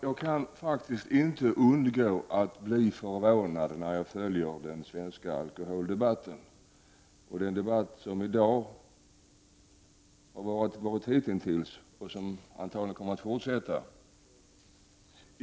Jag kan faktiskt inte undgå att bli förvånad när jag följer den svenska alkoholdebatten och den debatt som har varit hitintills i dag och som troligtvis kommer att fortsätta.